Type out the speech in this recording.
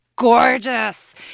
gorgeous